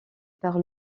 par